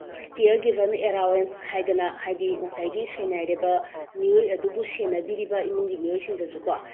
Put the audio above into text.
ꯀꯤꯌꯔ ꯒꯤꯕꯟ ꯑꯦꯔꯥꯋꯦꯟꯁ ꯍꯥꯏꯗꯅ ꯍꯥꯏꯗꯤ ꯉꯁꯥꯏꯒꯤ ꯁꯣꯏꯅꯥꯏꯔꯕ ꯃꯤꯑꯣꯏ ꯑꯗꯨꯕꯨ ꯁꯦꯟꯅꯕꯤꯔꯤꯕ ꯏꯃꯨꯡꯒꯤ ꯃꯤꯑꯣꯏꯁꯤꯡꯗꯁꯨꯀꯣ